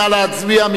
נא להצביע.